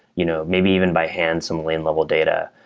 you know maybe even by hand some lane level data.